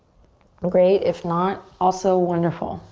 great. if not, also wonderful.